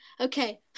okay